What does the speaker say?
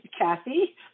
Kathy